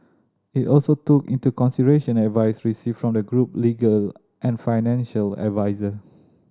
it also took into consideration advice received from the group legal and financial adviser